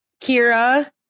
Kira